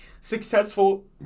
successful